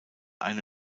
eine